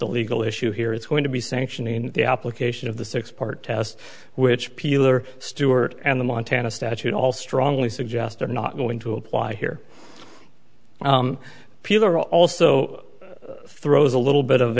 the legal issue here it's going to be sanctioning the application of the six part test which peeler stuart and the montana statute all strongly suggest are not going to apply here peeler also throws a little bit of